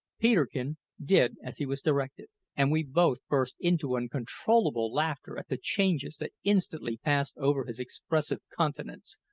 peterkin did as he was directed, and we both burst into uncontrollable laughter at the changes that instantly passed over his expressive countenance.